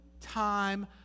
time